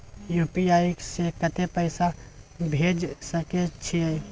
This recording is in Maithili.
यु.पी.आई से कत्ते पैसा भेज सके छियै?